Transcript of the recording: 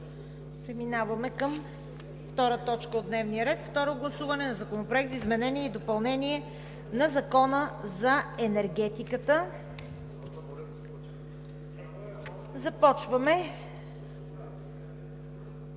Преминаваме към втора точка от дневния ред – Второ гласуване на Законопроектa за изменение и допълнение на Закона за енергетиката. Първо започваме